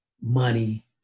money